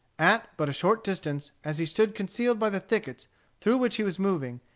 at but a short distance, as he stood concealed by the thickets through which he was moving,